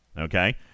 okay